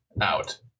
out